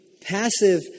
passive